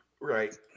right